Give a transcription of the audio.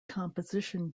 composition